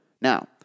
Now